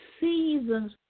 seasons